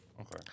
Okay